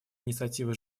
инициатива